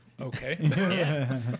Okay